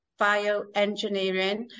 bioengineering